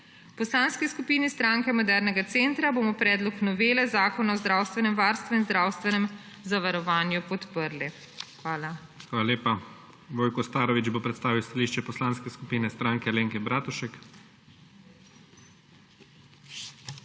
Poslanski skupini Stranke modernega centra bomo predlog novele Zakona o zdravstvenem varstvu in zdravstvenem zavarovanju podprli. Hvala. **PREDSEDNIK IGOR ZORČIČ:** Hvala lepa. Vojko Starović bo predstavil stališče Poslanske skupine Stranke Alenke Bratušek.